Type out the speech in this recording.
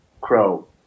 crow